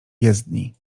jezdni